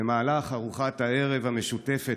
במהלך ארוחת הערב המשותפת,